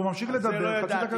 והוא ממשיך לדבר חצי דקה יותר.